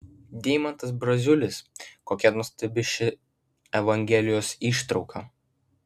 deimantas braziulis kokia nuostabi ši evangelijos ištrauka